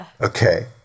Okay